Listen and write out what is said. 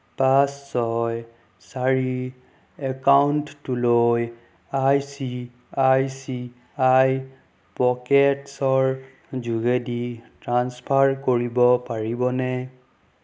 পাঁচ ছয় চাৰি একাউণ্টটোলৈ I C I C I পকেটছ্ৰ যোগেদি ট্ৰাঞ্চফাৰ কৰিব পাৰিবনে